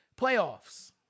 Playoffs